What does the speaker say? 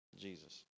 Jesus